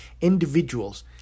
individuals